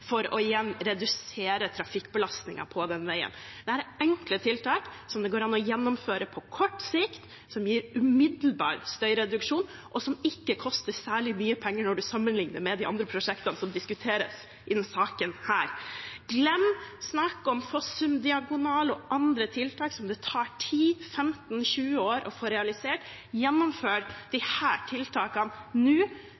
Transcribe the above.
for igjen å redusere trafikkbelastningen på den veien. Dette er enkle tiltak som det går an å gjennomføre på kort sikt, som gir umiddelbar støyreduksjon, og som ikke koster særlig mye penger når man sammenligner med de andre prosjektene som diskuteres i denne saken. Glem snakket om Fossum-diagonal og andre tiltak som det tar 10–15–20 år å få realisert,